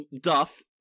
duff